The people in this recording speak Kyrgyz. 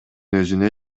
өзүнө